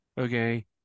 okay